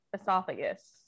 esophagus